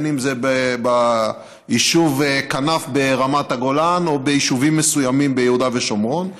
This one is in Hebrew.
בין שזה ביישוב כנף ברמת הגולן או ביישובים מסוימים ביהודה ושומרון,